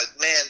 man